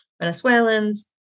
Venezuelans